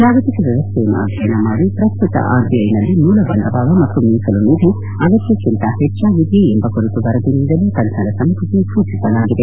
ಜಾಗತಿಕ ವ್ಯವಸ್ಥೆಯನ್ನು ಅಧ್ಯಯನ ಮಾಡಿ ಪ್ರಸ್ತುತ ಆರ್ಬಿಐನಲ್ಲಿ ಮೂಲ ಬಂಡವಾಳ ಮತ್ತು ಮೀಸಲು ನಿಧಿ ಅಗತ್ನಕ್ಕಿಂತ ಹೆಚ್ಚಾಗಿದೆಯೇ ಎಂಬ ಕುರಿತು ವರದಿ ನೀಡಲು ತಜ್ಜರ ಸಮಿತಿಗೆ ಸೂಚಿಸಲಾಗಿದೆ